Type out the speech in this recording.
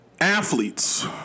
Athletes